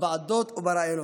בוועדות ובראיונות,